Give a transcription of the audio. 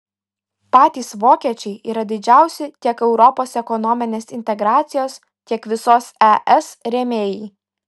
patys vokiečiai yra didžiausi tiek europos ekonominės integracijos tiek visos es rėmėjai